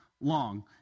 long